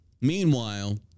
Meanwhile